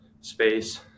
space